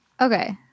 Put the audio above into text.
Okay